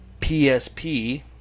PSP